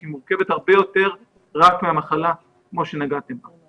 שהיא מורכבת הרבה יותר רק מהמחלה כמו שנגעתם בה.